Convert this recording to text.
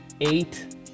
eight